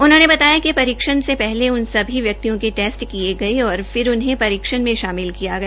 उन्होंने बताया कि परीक्षण से पहले उन सभी व्यक्तियों के टेस्ट किये गये और फिर उन्हें परीक्षण में शामिल किया गया